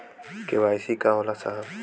KYC का होला साहब?